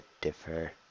differ